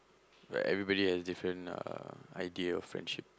but everybody has different uh idea of friendship